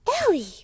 Ellie